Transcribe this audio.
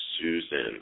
Susan